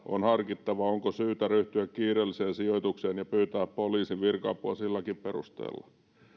on harkittava onko syytä ryhtyä kiireelliseen sijoitukseen ja pyytää poliisin virka apua silläkin perusteella